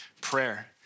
prayer